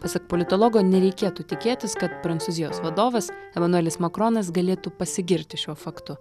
pasak politologo nereikėtų tikėtis kad prancūzijos vadovas emanuelis makronas galėtų pasigirti šiuo faktu